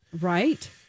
Right